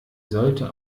sollte